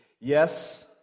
Yes